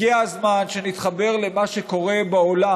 הגיע הזמן שנתחבר למה שקורה בעולם.